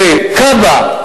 וכב"א,